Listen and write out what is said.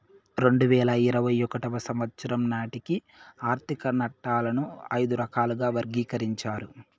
రెండు వేల ఇరవై ఒకటో సంవచ్చరం నాటికి ఆర్థిక నట్టాలను ఐదు రకాలుగా వర్గీకరించారు